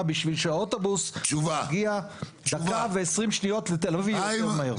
בשביל שהאוטובוס יגיע דקה ועשרים שניות לתל אביב יותר מהר?